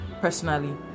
personally